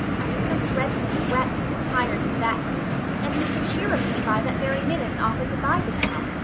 i was so dreadfully wet and tired and vexed and mr. shearer came by that very minute and offered to buy the cow.